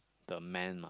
the man